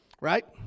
right